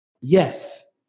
Yes